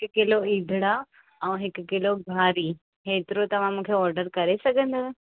हिकु किलो इधड़ा ऐं हिकु किलो घारी हेतिरो तव्हां मूंखे ऑडर करे सघंदव